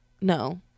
No